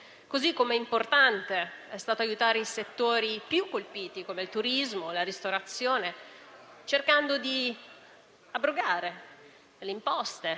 Così come importante è stato aiutare i settori più colpiti, come il turismo e la ristorazione, cercando di abrogare imposte,